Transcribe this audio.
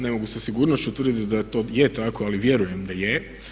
Ne mogu sa sigurnošću tvrditi da to je tako ali vjerujem da je.